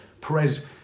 Perez